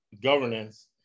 governance